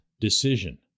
decision